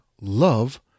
love